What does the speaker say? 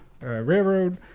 Railroad